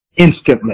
Instantly